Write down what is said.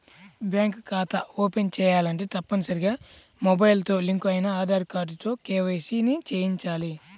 bank ఖాతా open చేయాలంటే తప్పనిసరిగా మొబైల్ తో లింక్ అయిన ఆధార్ కార్డుతో కేవైసీ ని చేయించాలి